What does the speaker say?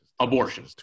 Abortion